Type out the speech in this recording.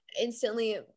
instantly